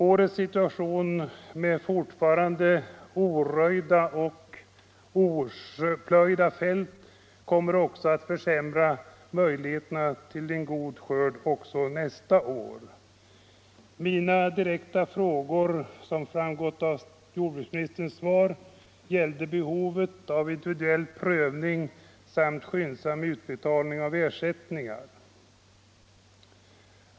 Årets situation med fortfarande oröjda och oplöjda fält kommer också att försämra möjligheterna till en god skörd nästa år. Mina direkta frågor gällde, som framgått av jordbruksministerns svar, behovet av individuell prövning samt skyndsam utbetalning av ersättningen.